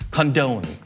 Condone